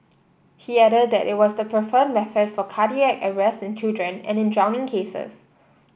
he added that it was the preferred method for cardiac arrest in children and in drowning cases